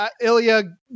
Ilya